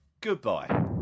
Goodbye